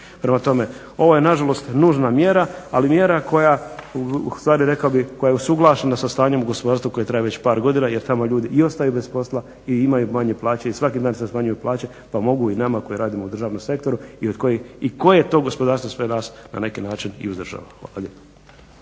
Prema tome ovo je nažalost nužna mjera ali mjera koja ustvari rekao bih usuglašena sa stanjem u gospodarstvu koje traje već par godina jer tamo ljudi i ostaju bez posla i imaju manje plaće i svaki dan se smanjuju plaće pa mogu i nama koji radimo u državnom sektoru i koje to gospodarstvo sve nas na neki način i uzdržava. Hvala